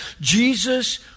Jesus